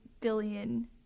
billion